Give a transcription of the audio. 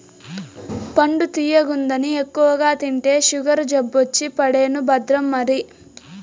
పండు తియ్యగుందని ఎక్కువగా తింటే సుగరు జబ్బొచ్చి పడేను భద్రం మరి